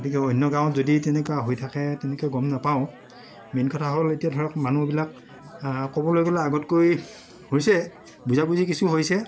গতিকে অন্য গাঁৱত যদি তেনেকুৱা হৈ থাকে তেনেকৈ গম নাপাওঁ মেইন কথা হ'ল এতিয়া ধৰক মানুহবিলাক ক'বলৈ গ'লে আগতকৈ হৈছে বুজাবুজি কিছু হৈছে